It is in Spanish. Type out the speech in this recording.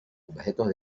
objetos